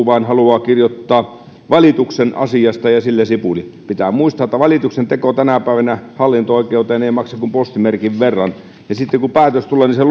vain halua kirjoittaa valituksen asiasta ja sillä sipuli pitää muistaa että valituksen teko tänä päivänä hallinto oikeuteen ei maksa kuin postimerkin verran ja sitten kun päätös tulee niin sen